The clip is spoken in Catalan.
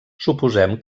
suposem